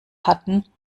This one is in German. hatten